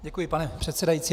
Děkuji, pane předsedající.